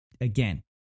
Again